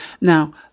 Now